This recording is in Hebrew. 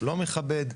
לא מכבד,